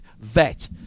VET